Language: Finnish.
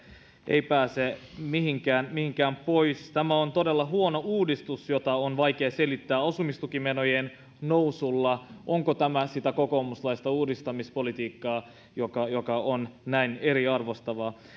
ei pääse mihinkään mihinkään pois tämä on todella huono uudistus jota on vaikea selittää asumistukimenojen nousulla onko tämä sitä kokoomuslaista uudistamispolitiikkaa joka joka on näin eriarvoistavaa